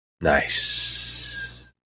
Nice